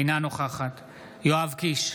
אינה נוכחת יואב קיש,